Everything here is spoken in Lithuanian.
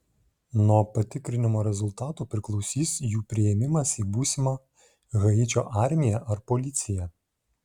nuo patikrinimo rezultatų priklausys jų priėmimas į būsimą haičio armiją ar policiją